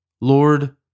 Lord